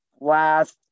last –